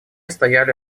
стояли